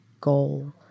goal